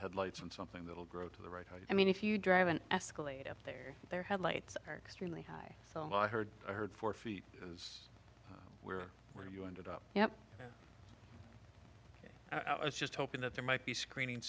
headlights and something that will grow to the right i mean if you drive an escalator up there their headlights are extremely high so i heard i heard four feet is where were you ended up you know i was just hoping that there might be screening